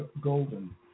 golden